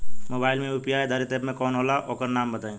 Mobile म UPI आधारित app कौन होला ओकर नाम बताईं?